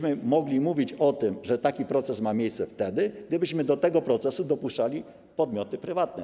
Moglibyśmy mówić o tym, że taki proces ma miejsce wtedy, gdybyśmy do tego procesu dopuszczali podmioty prywatne.